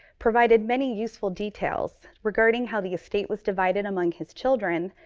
provided many useful details regarding how the estate was divided among his children,